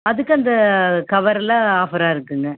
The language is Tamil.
அதற்கு அந்த கவர் எல்லாம் ஆஃபராக இருக்குங்க